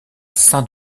saint